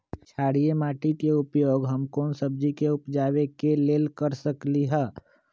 क्षारिये माटी के उपयोग हम कोन बीज के उपजाबे के लेल कर सकली ह?